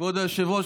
כבוד היושב-ראש,